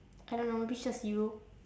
I don't know maybe just you